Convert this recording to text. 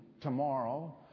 tomorrow